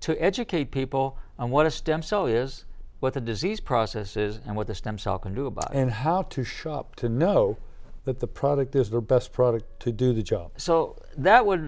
to educate people and want to stem cell is what the disease process is and what the stem cell can do about it and how to shop to know that the product is the best product to do the job so that would